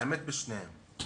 האמת בשניהם.